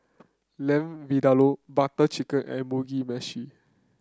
Lamb Vindaloo Butter Chicken and Mugi Meshi